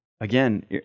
Again